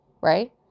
right